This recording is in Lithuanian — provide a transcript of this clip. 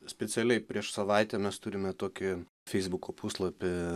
specialiai prieš savaitę mes turime tokį feisbuko puslapį